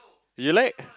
you like